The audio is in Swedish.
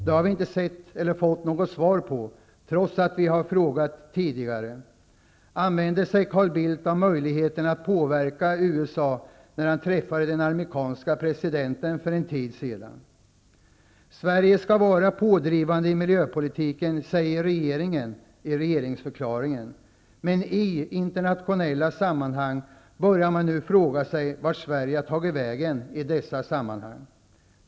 Det har vi inte fått något svar på, trots att vi har frågat tidigare. Använde sig Carl Bildt av möjligheten att påverka USA, när han för en tid sedan träffade den amerikanske presidenten? Sverige skall vara pådrivande i miljöfrågor, säger regeringen i regeringsförklaringen. Men i internationella sammanhang börjar man nu fråga sig vart Sverige har tagit vägen.